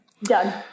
Done